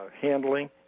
handling